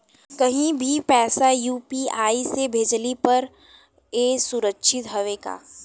कहि भी पैसा यू.पी.आई से भेजली पर ए सुरक्षित हवे का?